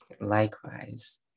Likewise